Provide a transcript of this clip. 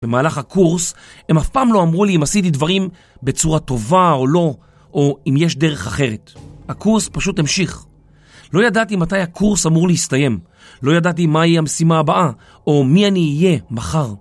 במהלך הקורס, הם אף פעם לא אמרו לי אם עשיתי דברים בצורה טובה או לא, או אם יש דרך אחרת. הקורס פשוט המשיך. לא ידעתי מתי הקורס אמור להסתיים. לא ידעתי מה יהיה המשימה הבאה, או מי אני אהיה מחר.